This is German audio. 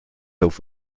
auf